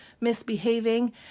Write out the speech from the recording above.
misbehaving